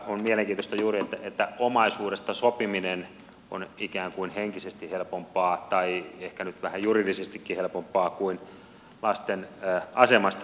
on mielenkiintoista juuri että omaisuudesta sopiminen on ikään kuin henkisesti helpompaa tai ehkä nyt vähän juridisestikin helpompaa kuin lasten asemasta sopiminen etukäteen